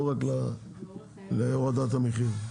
לא רק להורדת המחיר.